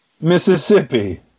Mississippi